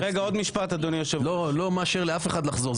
הוועדה) אני לא מאפשר לאף אחד לחזור,